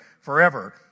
forever